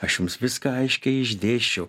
aš jums viską aiškiai išdėsčiau